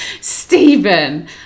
Stephen